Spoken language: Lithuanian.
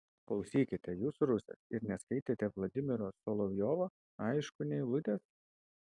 klausykite jūs rusas ir neskaitėte vladimiro solovjovo aišku nė eilutės